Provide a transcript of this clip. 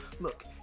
Look